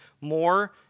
more